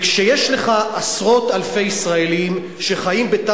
כשיש לך עשרות אלפי ישראלים שחיים בתא